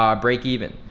um break even.